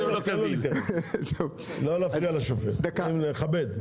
לא להפריע לשופט, לכבד.